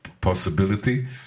possibility